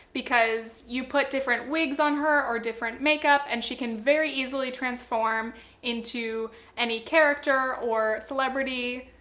because you put different wigs on her, or different makeup, and she can very easily transform into any character or celebrity.